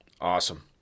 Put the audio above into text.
Awesome